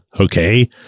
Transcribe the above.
okay